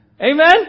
Amen